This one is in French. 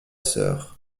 sœur